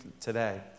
today